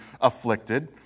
afflicted